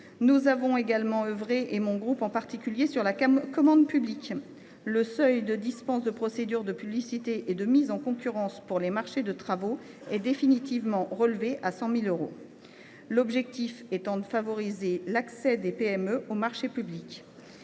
Nous avons également œuvré, le groupe RDPI en particulier, sur la commande publique, le seuil de dispense de procédure de publicité et de mise en concurrence pour les marchés de travaux étant définitivement relevé à 100 000 euros. L’objectif, avec cette dernière mesure, est de favoriser l’accès des PME aux marchés publics.